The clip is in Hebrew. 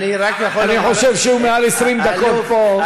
אני חושב שהוא יותר מ-20 דקות פה.